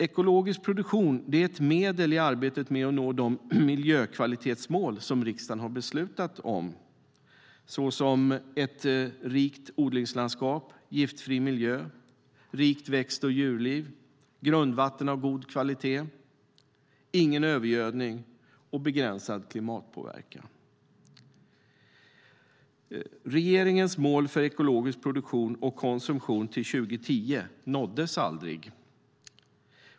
Ekologisk produktion är ett medel i arbetet med att nå de miljökvalitetsmål som riksdagen har beslutat om, såsom ett rikt odlingslandskap, giftfri miljö, ett rikt växt och djurliv, grundvatten av god kvalitet, ingen övergödning och begränsad klimatpåverkan. Regeringens mål för ekologisk produktion och konsumtion till 2010 nåddes aldrig.